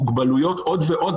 מוגבלויות ועוד.